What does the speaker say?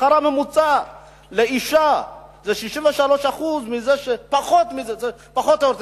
השכר הממוצע לאשה הוא 63% מהשכר של הגבר.